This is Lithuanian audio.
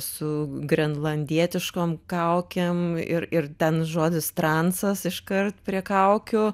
su grenlandietiškom kaukėm ir ir ten žodis transas iškart prie kaukių